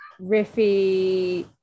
riffy